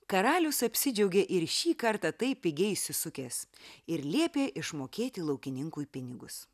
karalius apsidžiaugė ir šį kartą taip pigiai išsisukęs ir liepė išmokėti laukininkui pinigus